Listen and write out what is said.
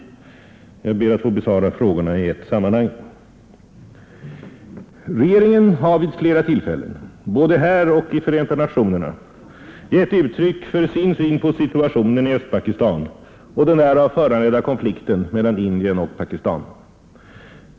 Jag besvarar frågorna i ett sammanhang. Regeringen har vid flera tillfällen — både här och i FN — gett uttryck för sin syn på situationen i Östpakistan och den därav föranledda konflikten mellan Indien och Pakistan.